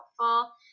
helpful